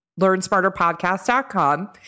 LearnSmarterPodcast.com